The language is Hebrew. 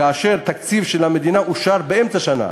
כאשר תקציב המדינה אושר באמצע שנה,